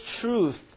truth